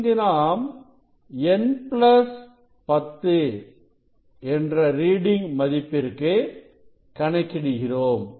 இங்கு நாம் n10 என்ற ரீடிங் மதிப்பிற்கு கணக்கிடுகிறோம்